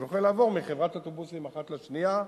הם יכולים לעבור מחברת אוטובוסים אחת לשנייה,